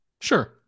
Sure